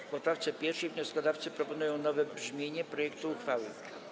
W poprawce 1. wnioskodawcy proponują nowe brzmienie projektu uchwały.